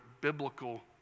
biblical